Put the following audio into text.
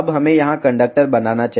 अब हमें यहां कंडक्टर बनाना चाहिए